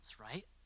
right